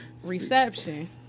Reception